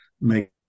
make